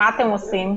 מה אתם עושים?